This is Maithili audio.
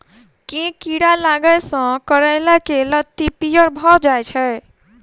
केँ कीड़ा लागै सऽ करैला केँ लत्ती पीयर भऽ जाय छै?